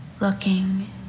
Looking